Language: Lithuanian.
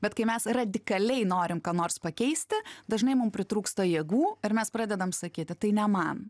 bet kai mes radikaliai norim ką nors pakeisti dažnai mum pritrūksta jėgų ir mes pradedam sakyti tai ne man